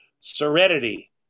serenity